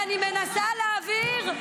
לא ייתכן שאני אקבל דחייה על החוק הזה.